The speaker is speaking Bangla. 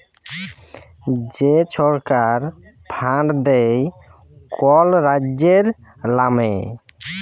যে ছরকার ফাল্ড দেয় কল রাজ্যের লামে